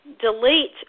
delete